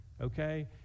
Okay